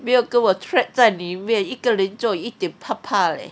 没有跟我 trap 在里面一个人坐一点怕怕 leh